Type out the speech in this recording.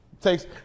Takes